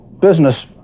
business